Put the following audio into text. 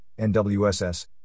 NWSS